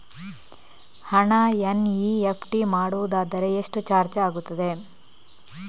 ಹಣ ಎನ್.ಇ.ಎಫ್.ಟಿ ಮಾಡುವುದಾದರೆ ಎಷ್ಟು ಚಾರ್ಜ್ ಆಗುತ್ತದೆ?